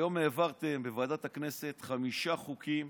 היום העברתם בוועדת הכנסת חמישה חוקים